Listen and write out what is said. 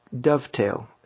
dovetail